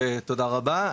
ותודה רבה,